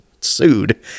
sued